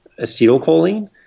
acetylcholine